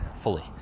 fully